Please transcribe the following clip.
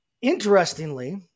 Interestingly